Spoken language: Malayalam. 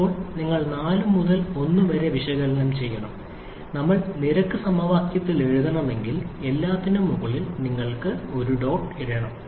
ഇപ്പോൾ നിങ്ങൾ 4 മുതൽ 1 വരെ വിശകലനം ചെയ്യണം നമ്മൾക്ക് നിരക്ക് സമവാക്യത്തിൽ എഴുതണമെങ്കിൽ എല്ലാത്തിനും മുകളിൽ നിങ്ങൾ ഒരു ഡോട്ട് ഇടണം